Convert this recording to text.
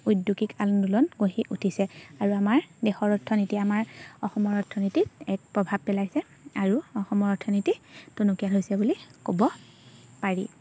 উদ্যোগিক আন্দোলন গঢ়ি উঠিছে আৰু আমাৰ দেশৰ অৰ্থনীতি আমাৰ অসমৰ অৰ্থনীতিত এক প্ৰভাৱ পেলাইছে আৰু অসমৰ অৰ্থনীতি টনকিয়াল হৈছে বুলি ক'ব পাৰি